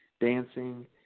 dancing